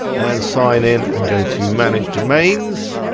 and sign in and go to manage domains.